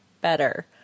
better